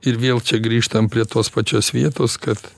ir vėl čia grįžtam prie tos pačios vietos kad